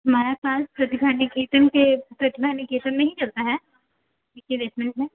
हमारा क्लास प्रतिभा निकेतन के प्रतिभा निकेतन में ही चलता है के बेसमेंट में